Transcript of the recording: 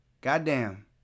Goddamn